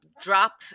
drop